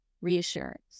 Reassurance